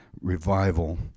revival